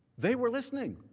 they were listening.